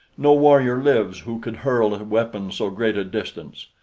no warrior lives who could hurl a weapon so great a distance.